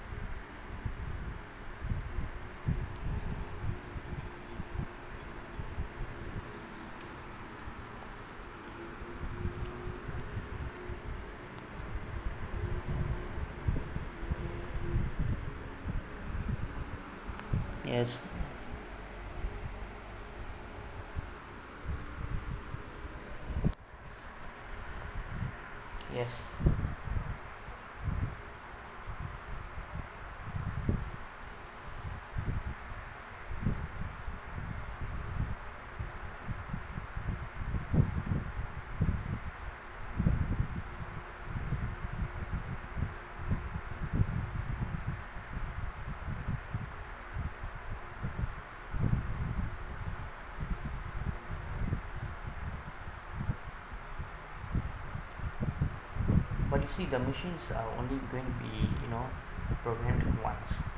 but you see the machine are only grand be you know programme in what's